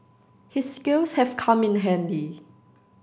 his skills have come in handy